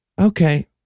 Okay